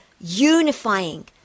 unifying